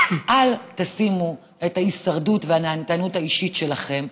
אל תשימו את ההישרדות והנהנתנות האישית שלכם,